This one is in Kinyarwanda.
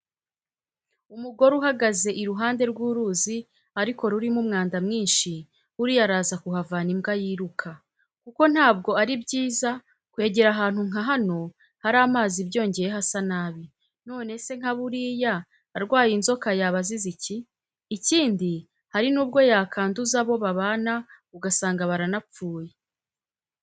Umugore uhagaze iruhande rw'uruzi ariko rurimo umwanda mwinshi, buriya araza kuhavana imbwa yiruka, kuko ntabwo ari byiza kwegera ahantu nka hano hari amazi byongeyeho asa nabi, none se nka buriya arwaye inzoka yaba azize iki? Ikindi hari nubwo yakanduza abo babana ugasanga baranapfuye.